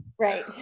right